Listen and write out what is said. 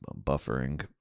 buffering